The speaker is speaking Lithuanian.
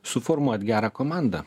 suformuot gerą komandą